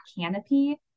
canopy